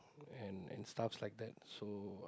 and and and stuffs like that so